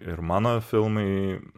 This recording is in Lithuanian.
ir mano filmai